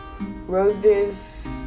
roses